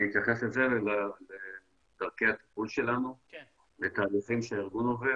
אני אתייחס לזה ולדרכי הטיפול שלנו ולתהליכים שהארגון עובר